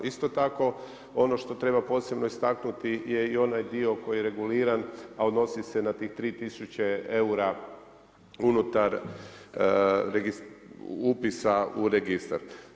Isto tako, ono što treba posebno istaknuti je i onaj dio koji je reguliran, a odnosi se na tih 3000 eura unutar upisa u registar.